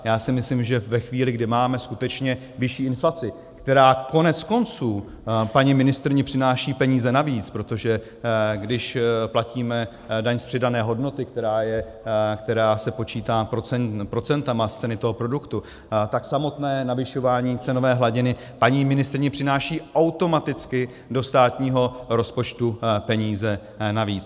Já si myslím, že ve chvíli, kdy máme skutečně vyšší inflaci, která koneckonců paní ministryni přináší peníze navíc, protože když platíme daň z přidané hodnoty, která se počítá procenty z ceny toho produktu, tak samotné navyšování cenové hladiny paní ministryni přináší automaticky do státního rozpočtu peníze navíc.